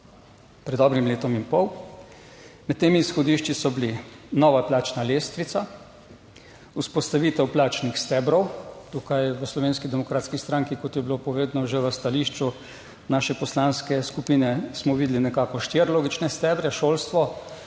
pred dobrim letom in pol. Med temi izhodišči so bili nova plačna lestvica, vzpostavitev plačnih stebrov - tukaj v Slovenski demokratski stranki, kot je bilo povedano že v stališču naše poslanske skupine, smo videli nekako štiri logične stebre (šolstvo,